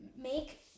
make